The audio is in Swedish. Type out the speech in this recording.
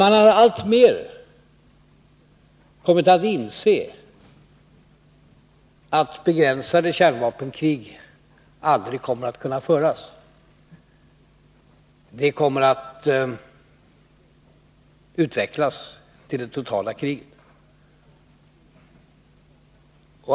Man har alltmer kommit att inse att begränsade kärnvapenkrig aldrig kommer att kunna föras. De kommer att utvecklas till det totala kriget.